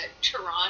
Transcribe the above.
Toronto